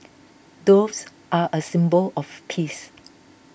doves are a symbol of peace